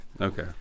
okay